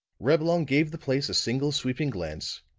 reblong gave the place a single sweeping glance,